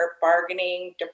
bargaining